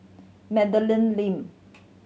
Madeleine Lee